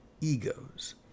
egos